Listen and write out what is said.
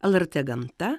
lrt gamta